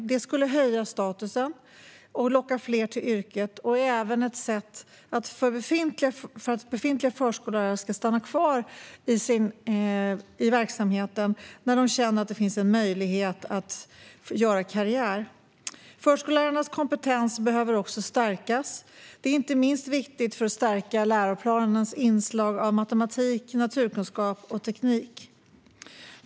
Det skulle höja statusen och locka fler till yrket. Det skulle även vara ett sätt att få befintliga förskollärare att stanna kvar i yrket eftersom de kan känna att det finns möjlighet att göra karriär. Förskollärarnas kompetens behöver också stärkas. Det är inte minst viktigt för att stärka läroplanens inslag av matematik, naturkunskap och teknik.